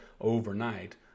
overnight